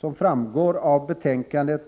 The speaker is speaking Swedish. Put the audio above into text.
Som framgår av betänkandet